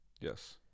Yes